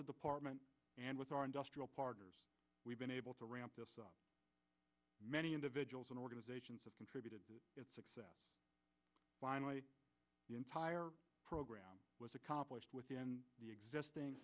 the department and with our industrial partners we've been able to ramp up many individuals and organizations have contributed to its success finally the entire program was accomplished within the existing